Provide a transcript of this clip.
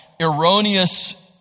erroneous